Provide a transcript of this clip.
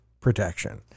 protection